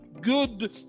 good